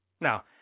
Now